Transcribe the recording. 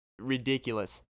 Ridiculous